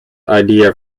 idea